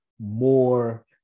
more